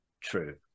true